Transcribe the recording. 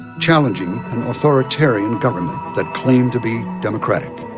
challenging an authoritarian government that claimed to be democratic.